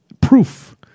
proof